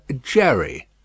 Jerry